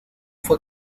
fue